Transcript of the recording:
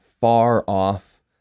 far-off